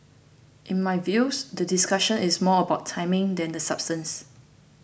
in my views the discussion is more about timing than the substance